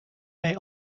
may